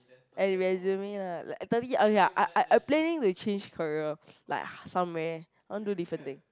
and resume lah I I I planning to change career like somewhere I wanna do different thing